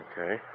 okay